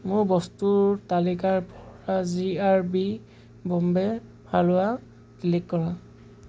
মোৰ বস্তুৰ তালিকাৰ পৰা G R B Bombay halwa delete কৰা